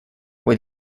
were